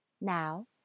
Now